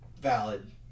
Valid